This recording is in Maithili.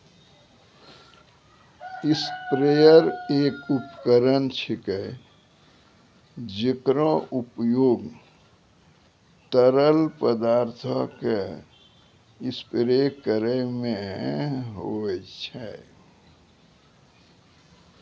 स्प्रेयर एक उपकरण छिकै, जेकरो उपयोग तरल पदार्थो क स्प्रे करै म होय छै